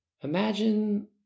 imagine